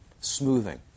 smoothing